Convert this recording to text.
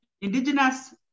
indigenous